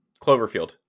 Cloverfield